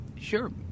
sure